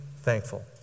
thankful